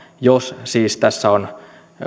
jos siis tässä on